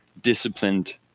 disciplined